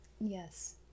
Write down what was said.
Yes